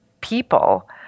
people